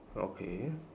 okay